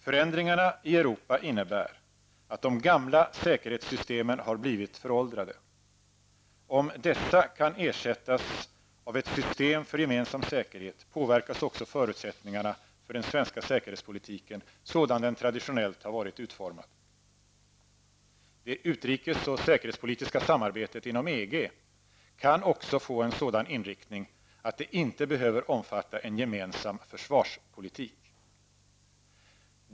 Förändringarna i Europa innebär, att de gamla säkerhetssystemen har blivit föråldrade. Om dessa kan ersättas av ett system för gemensam säkerhet, påverkas också förutsättningarna för den svenska säkerhetspolitiken, sådan den traditionellt har varit utformad. Det utrikes och säkerhetspolitiska samarbetet inom EG kan också få en sådan inriktning, att det inte behöver omfatta en gemensam försvarspolitik.